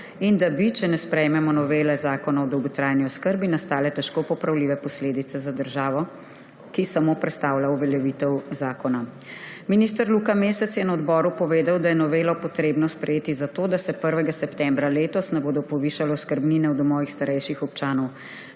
in da bi, če ne sprejmemo novele Zakona o dolgotrajni oskrbi, nastale težko popravljive posledice za državo, ki samo prestavlja uveljavitev zakona. Minister Luka Mesec je na odboru povedal, da je novelo treba sprejeti zato, da se 1. septembra letos ne bodo povišale oskrbnine v domovih starejših občanov.